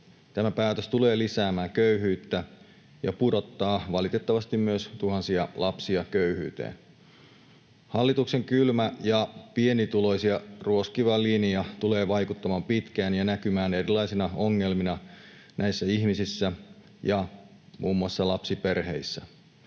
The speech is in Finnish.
Tämä päätös tulee lisäämään köyhyyttä ja pudottaa valitettavasti myös tuhansia lapsia köyhyyteen. Hallituksen kylmä ja pienituloisia ruoskiva linja tulee vaikuttamaan pitkään ja näkymään erilaisina ongelmina näissä ihmisissä ja muun muassa lapsiperheissä.